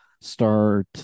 start